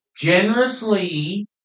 generously